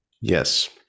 yes